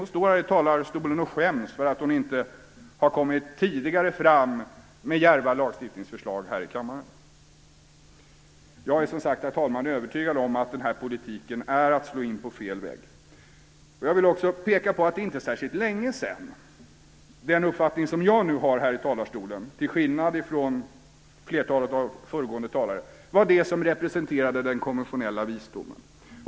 Hon står här i talarstolen och skäms för att hon inte tidigare har lagt fram djärva lagstiftningsförslag här i kammaren. Jag är som sagt, herr talman, övertygad om att den här politiken är att slå in på fel väg. Jag vill också peka på att det inte är särskilt länge sedan som den uppfattning som jag företräder här i talarstolen, till skillnad från flertalet av föregående talare, var det som representerade den konventionella visdomen.